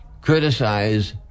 criticize